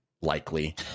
likely